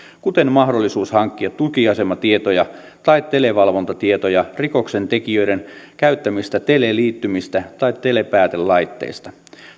kuten mahdollisuus hankkia tuki asematietoja tai televalvontatietoja rikoksen tekijöiden käyttämistä teleliittymistä tai telepäätelaitteista